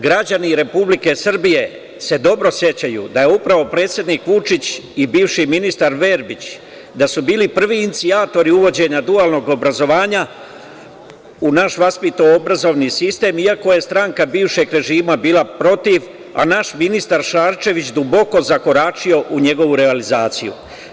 Građani Republike Srbije se dobro sećaju da su upravo predsednik Vučić i bivši ministar Verbić bili prvi inicijatori uvođenja dualnog obrazovanja u naš vaspitno-obrazovni sistem, iako je stranka bivšeg režima bila protiv, a naš ministar Šarčević duboko zakoračio u njegovu realizaciju.